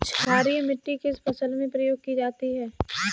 क्षारीय मिट्टी किस फसल में प्रयोग की जाती है?